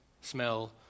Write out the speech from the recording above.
smell